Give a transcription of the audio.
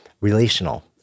relational